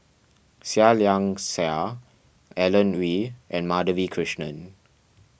Seah Liang Seah Alan Oei and Madhavi Krishnan